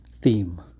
Theme